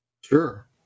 Sure